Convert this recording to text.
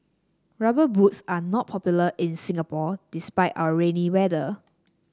rubber boots are not popular in Singapore despite our rainy weather